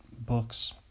books